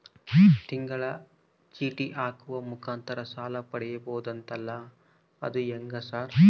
ತಿಂಗಳ ಚೇಟಿ ಹಾಕುವ ಮುಖಾಂತರ ಸಾಲ ಪಡಿಬಹುದಂತಲ ಅದು ಹೆಂಗ ಸರ್?